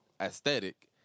aesthetic